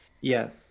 Yes